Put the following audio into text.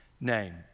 name